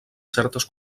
certes